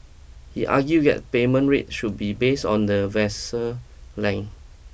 he argued that payment rate should be based on the vessel length